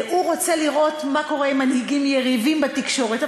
הוא רוצה לראות מה קורה עם מנהיגים יריבים בתקשורת,